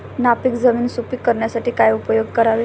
नापीक जमीन सुपीक करण्यासाठी काय उपयोग करावे?